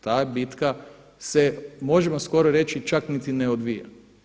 Ta bitka se, možemo skoro reći čak niti ne odvija.